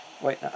wait